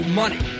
money